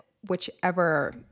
whichever